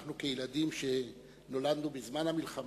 אנחנו, כילדים שנולדנו בזמן המלחמה,